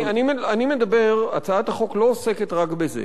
אני מדבר, הצעת החוק לא עוסקת רק בזה.